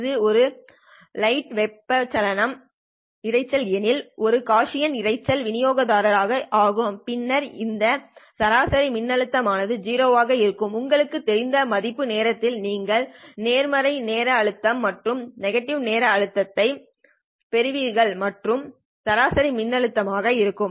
இது ஒரு வைட் வெப்ப இரைச்சல் எனில் ஒரு காஸியன் இரைச்சல் விநியோகித்தார் ஆக ஆகும் பின்னர் இதன் சராசரி மின்னழுத்தம் ஆனது 0 ஆக இருக்கும் உங்களுக்குத் தெரிந்த மதிப்பு நேரத்தில் நீங்கள் நேர்மறை நேர மின்னழுத்தம் மற்றும் நெகடிவ் நேர மின்னழுத்தகளை பெறுவீர்கள் மற்றும் சராசரி மின்னழுத்தம் ௦ ஆக இருக்கும்